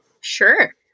Sure